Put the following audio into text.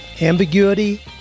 ambiguity